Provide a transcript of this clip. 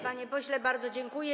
Panie pośle, bardzo dziękuję.